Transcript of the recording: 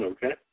Okay